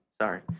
Sorry